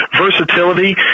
versatility